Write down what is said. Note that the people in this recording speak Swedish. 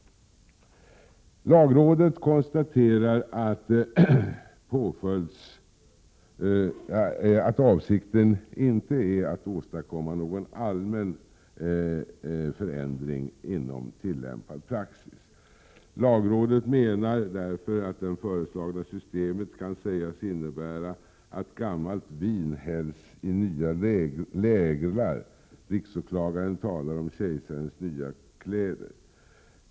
Lagrådet konstaterar att avsikten inte är att åstadkomma någon allmän förändring inom tillämpad praxis. Lagrådet menar därför att det föreslagna systemet kan sägas innebära att gammalt vin hälls i nya läglar. Riksåklagaren talar om kejsarens nya kläder.